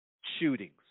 shootings